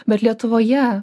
bet lietuvoje